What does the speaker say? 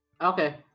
Okay